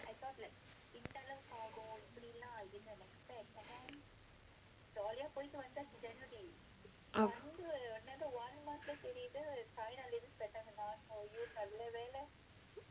oh